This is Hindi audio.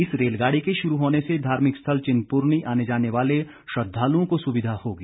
इस रेलगाड़ी के शुरू होने से धार्मिक स्थल चिंतपूर्णी आने जाने वाले श्रद्वालुओं को सुविधा होगी